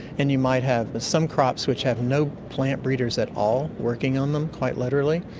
and you might have some crops which have no plant breeders at all working on them, quite literally,